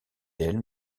elle